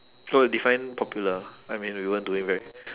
no define popular I mean we weren't doing very